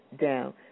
down